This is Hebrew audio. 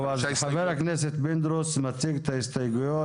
חבר הכנסת פינדרוס מציג את ההסתייגויות